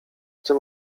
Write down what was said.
tym